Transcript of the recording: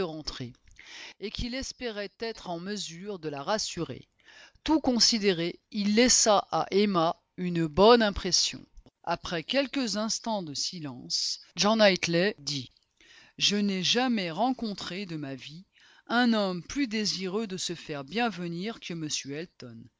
rentrer et qu'il espérait être en mesure de la rassurer tout considéré il laissa à emma une bonne impression après quelques instants de silence jean knightley dit je n'ai jamais rencontré de ma vie un homme plus désireux de se faire bien venir que m elton